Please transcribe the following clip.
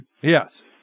Yes